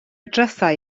drysau